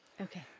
Okay